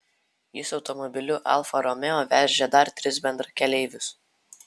jis automobiliu alfa romeo vežė dar tris bendrakeleivius